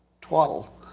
twaddle